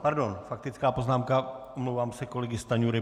Pardon, faktická poznámka, omlouvám se, kolegy Stanjury.